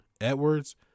Edwards